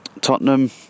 Tottenham